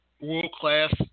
world-class